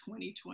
2020